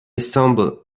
stumbled